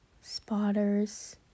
spotters